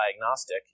diagnostic